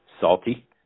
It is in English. Salty